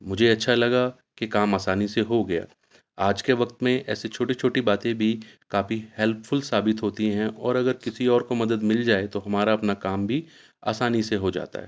مجھے اچھا لگا کہ کام آسانی سے ہو گیا آج کے وقت میں ایسے چھوٹی چھوٹی باتیں بھی کافی ہیلپفل ثابت ہوتی ہیں اور اگر کسی اور کو مدد مل جائے تو ہمارا اپنا کام بھی آسانی سے ہو جاتا ہے